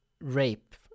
rape